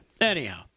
Anyhow